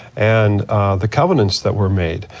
and the covenants that were made.